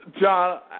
John